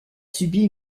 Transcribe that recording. subit